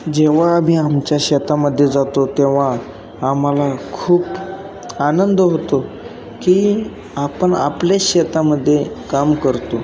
जेव्हा आम्ही आमच्या शेतामध्ये जातो तेव्हा आम्हाला खूप आनंद होतो की आपण आपल्या शेतामध्ये काम करतो